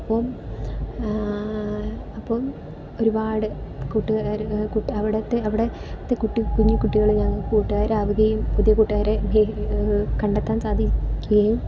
അപ്പോൾ അപ്പോൾ ഒരുപാട് കൂട്ടുകാർ അവിടുത്തെ അവിടെ കുട്ടി കുഞ്ഞിക്കുട്ടികൾ ഞങ്ങൾക്ക് കൂട്ടുകാർ ആവുകയും പുതിയ കൂട്ടുകാരെ കണ്ടെത്താൻ സാധിക്കുകയും